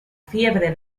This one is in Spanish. fiebre